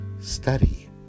study